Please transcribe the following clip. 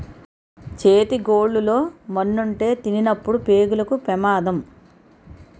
చేతి గోళ్లు లో మన్నుంటే తినినప్పుడు పేగులకు పెమాదం